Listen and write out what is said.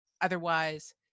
Otherwise